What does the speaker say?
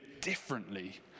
differently